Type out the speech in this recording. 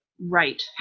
right